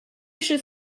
should